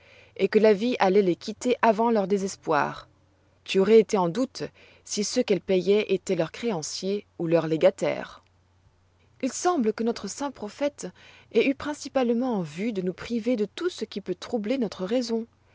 et que la vie alloit les quitter avant leur désespoir tu aurois été en doute si ceux qu'elles payoient étoient leurs créanciers ou leurs légataires il semble que notre saint prophète ait eu principalement en vue de nous priver de tout ce qui peut troubler notre raison